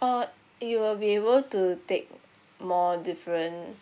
uh it will be able to take more different